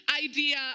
idea